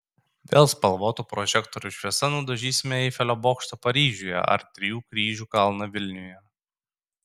vėl spalvotų prožektorių šviesa nudažysime eifelio bokštą paryžiuje ar trijų kryžių kalną vilniuje